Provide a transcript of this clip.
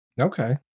okay